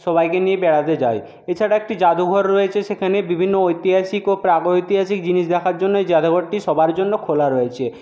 সবাইকে নিয়ে বেড়াতে যায় এছাড়া একটি জাদুঘর রয়েছে সেখানে বিভিন্ন ঐতিহাসিক ও প্রাগৈতিহাসিক জিনিস দেখার জন্যই জাদুঘরটি সবার জন্য খোলা রয়েছে